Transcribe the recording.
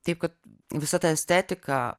taip kad visa ta estetika